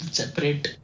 separate